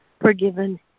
forgiven